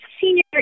senior